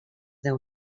deu